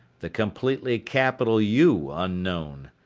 the completely capital u unknown.